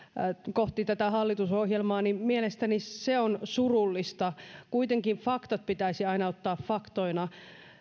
kohti tätä hallitusohjelmaa niin mielestäni se on surullista kuitenkin faktat pitäisi aina ottaa faktoina